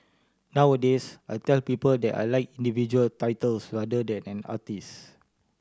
nowadays I tell people that I like individual titles rather than an artist